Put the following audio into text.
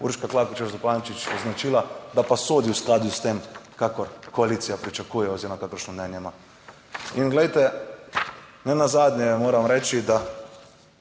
Urška Klakočar Zupančič označila, da pa sodi v skladu s tem, kakor koalicija pričakuje oziroma kakršno mnenje ima. Glejte, nenazadnje moram reči, da